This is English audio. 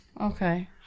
Okay